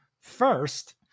first